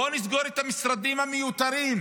בואו נסגור את המשרדים המיותרים.